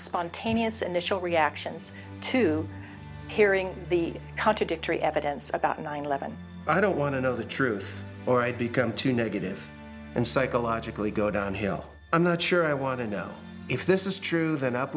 spontaneous initial reactions to hearing the cut to dick tree evidence about nine eleven i don't want to know the truth or i become too negative and psychologically go downhill i'm not sure i want to know if this is true that up